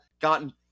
gotten